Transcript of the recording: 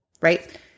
right